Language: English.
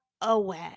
away